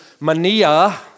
mania